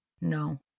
No